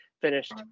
finished